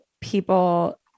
people